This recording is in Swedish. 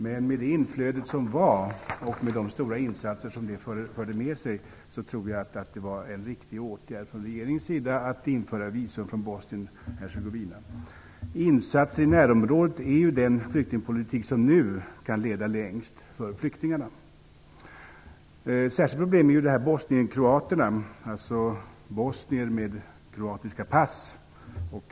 Men med det stora inflödet av flyktingar och de stora insatser som detta förde med sig, tror jag att det var en riktig åtgärd från regeringens sida att införa visumtvånget för medborgare från Bosnien Insatser i närområdet är den flyktingpolitik som nu kan leda längst för flyktingarna. Ett särskilt problem är bosnien-kroaterna, dvs. bosnier med kroatiska pass.